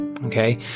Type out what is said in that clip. Okay